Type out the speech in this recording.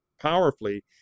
powerfully